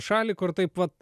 šalį kur taip vat